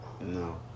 No